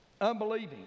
unbelieving